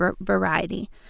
variety